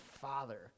father